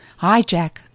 hijack